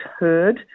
heard